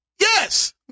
Yes